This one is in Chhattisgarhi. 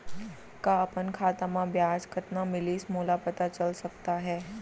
का अपन खाता म ब्याज कतना मिलिस मोला पता चल सकता है?